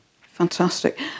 Fantastic